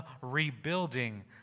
rebuilding